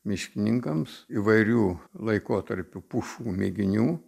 miškininkams įvairių laikotarpių pušų mėginių